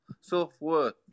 self-worth